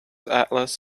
atlas